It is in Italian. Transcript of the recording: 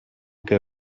che